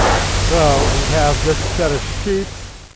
so, we'd have this set of sheets,